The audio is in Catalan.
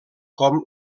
com